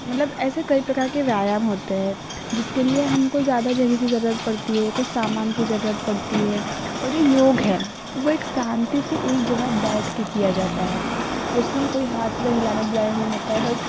मतलब ऐसे कई प्रकार के व्यायाम होते हैं जिसके लिए हमको ज़्यादा जगह की जरूरत पड़ती है कुछ सामान की जरूरत पड़ती है और योग है वो एक शांति से एक जगह बैठ के किया जाता है उसमें कोई हाथ पैर हिलाना डुलाना नहीं होता है बस